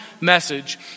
message